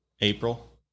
April